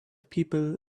people